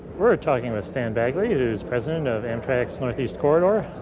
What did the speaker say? we're talking with stan bagley, who's president of amtrak's northeast corridor.